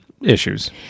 issues